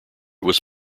was